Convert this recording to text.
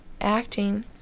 Acting